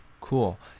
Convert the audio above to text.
Cool